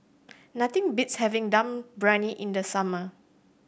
nothing beats having Dum Briyani in the summer